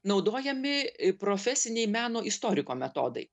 naudojami profesiniai meno istoriko metodai